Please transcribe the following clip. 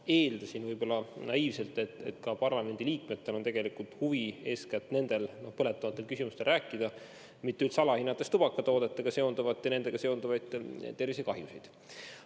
eeldasin võib-olla naiivselt, et ka parlamendiliikmetel on tegelikult huvi eeskätt nendel põletavatel teemadel rääkida. Aga ma üldse ei alahinda tubakatoodetega seonduvat, ka nendega seonduvaid tervisekahjusid.